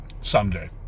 someday